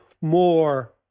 more